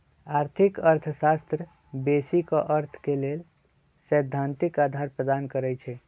आर्थिक अर्थशास्त्र बेशी क अर्थ के लेल सैद्धांतिक अधार प्रदान करई छै